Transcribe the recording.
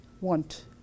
want